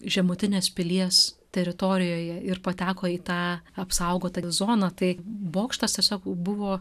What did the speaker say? žemutinės pilies teritorijoje ir pateko į tą apsaugotą zoną tai bokštas tiesiog buvo